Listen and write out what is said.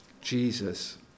Jesus